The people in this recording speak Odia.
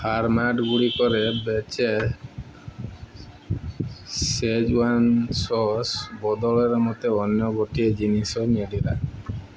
ଫାର୍ମ ମେଡ଼୍ ଗୁଡ଼ିକର ଶେଜୱାନ୍ ସସ୍ ବଦଳରେ ମୋତେ ଅନ୍ୟ ଗୋଟିଏ ଜିନିଷ ମିଳିଲା